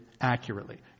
accurately